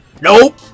nope